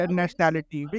nationality